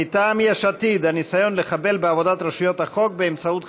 מטעם יש עתיד: הניסיון לחבל בעבודת רשויות החוק באמצעות חקיקה.